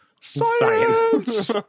Science